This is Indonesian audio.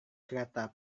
kereta